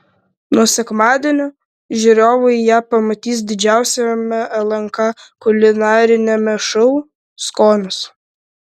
nuo sekmadienio žiūrovai ją pamatys didžiausiame lnk kulinariniame šou skonis